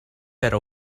per